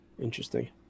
Interesting